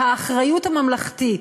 האחריות הממלכתית,